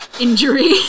Injury